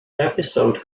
episode